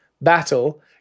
battle